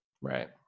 right